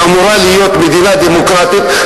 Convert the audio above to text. שאמורה להיות מדינה דמוקרטית,